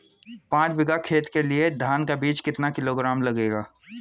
पाँच बीघा खेत के लिये धान का बीज कितना किलोग्राम लगेगा?